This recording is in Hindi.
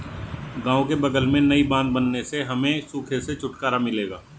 गांव के बगल में नई बांध बनने से हमें सूखे से छुटकारा मिलेगा